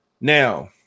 now